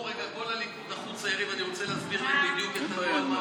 עשר דקות,